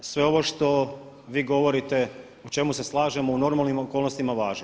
Sve ovo što vi govorite, u čemu se slažemo u normalnim okolnostima važi.